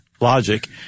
Logic